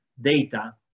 data